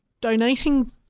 donating